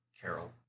Carol